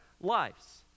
lives